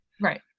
Right